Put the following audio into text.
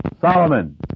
Solomon